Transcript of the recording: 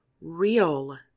real